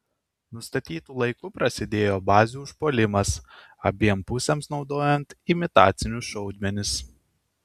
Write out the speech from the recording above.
nustatytu laiku prasidėjo bazių užpuolimas abiem pusėms naudojant imitacinius šaudmenis